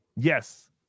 Yes